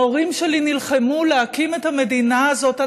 ההורים שלי נלחמו להקים את המדינה הזאת.